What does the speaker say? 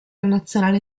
nazionale